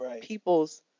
people's